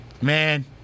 Man